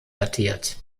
datiert